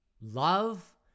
love